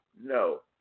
No